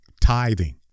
tithing